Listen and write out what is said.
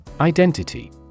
Identity